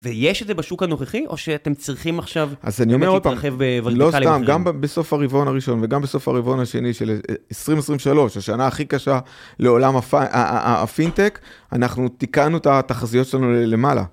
ויש את זה בשוק הנוכחי, או שאתם צריכים עכשיו... אז אני אומר עוד פעם, לא סתם, גם בסוף הרבעון הראשון, וגם בסוף הרבעון השני של 2023, השנה הכי קשה לעולם הפינטק, אנחנו תיקנו את התחזיות שלנו למעלה.